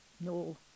no